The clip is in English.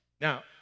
Now